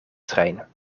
trein